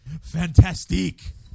Fantastic